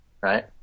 Right